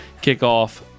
kickoff